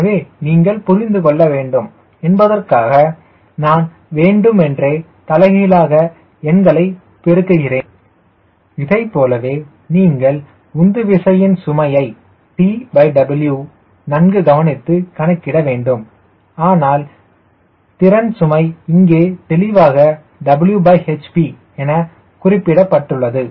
எனவே நீங்கள் புரிந்துகொள்ள வேண்டும் என்பதற்காக நான் வேண்டுமென்றே தலைகீழாக எண்களை பெருக்குகின்றேன் இதைப்போலவே நீங்கள் உந்து விசையின் சுமையை TW நன்கு கவனித்து கணக்கிடவேண்டும் ஆனால் திறன் சுமை இங்கே தெளிவாக Whp என குறிப்பிடப்பட்டுள்ளது